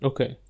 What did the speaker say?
Okay